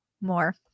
more